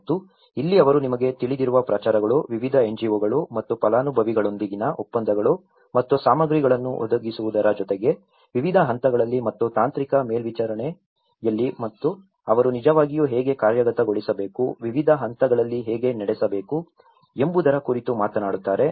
ಮತ್ತು ಇಲ್ಲಿ ಅವರು ನಿಮಗೆ ತಿಳಿದಿರುವ ಪ್ರಚಾರಗಳು ವಿವಿಧ NGOಗಳು ಮತ್ತು ಫಲಾನುಭವಿಗಳೊಂದಿಗಿನ ಒಪ್ಪಂದಗಳು ಮತ್ತು ಸಾಮಗ್ರಿಗಳನ್ನು ಒದಗಿಸುವುದರ ಜೊತೆಗೆ ವಿವಿಧ ಹಂತಗಳಲ್ಲಿ ಮತ್ತು ತಾಂತ್ರಿಕ ಮೇಲ್ವಿಚಾರಣೆಯಲ್ಲಿ ಅವರು ನಿಜವಾಗಿಯೂ ಹೇಗೆ ಕಾರ್ಯಗತಗೊಳಿಸಬೇಕು ವಿವಿಧ ಹಂತಗಳಲ್ಲಿ ಹೇಗೆ ನಡೆಸಬೇಕು ಎಂಬುದರ ಕುರಿತು ಮಾತನಾಡುತ್ತಾರೆ